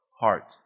heart